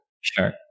Sure